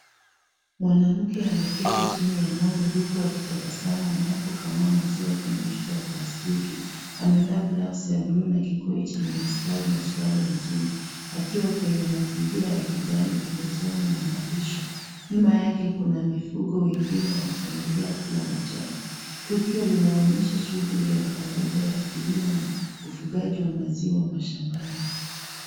Mwanamke ameketi chini ya ng'ombe huku akitabasamu anapokamua maziwa kwenye chupa ya plastiki. Amevaa blouse ya blue na kikoi chenye mistari na suruali ya jeans akiwa kwenye mazingira ya kijani pembezoni mwa malisho. Nyuma yake kuna mifugo wengine wakiendelea kula majani. Tukio linaonyesha shughuli ya kawaida ya kilimo na ufugaji wa maziwa mashambani.